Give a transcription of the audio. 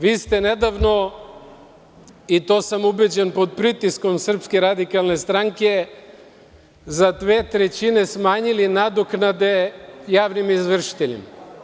Vi ste nedavno, i to sam ubeđen pod pritiskom Srpske radikalne stranke, za dve trećine smanjili nadoknade javnim izvršiteljima.